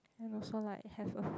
and also like have a